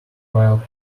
while